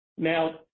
Now